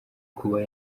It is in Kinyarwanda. kuba